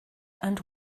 and